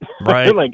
Right